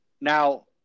Now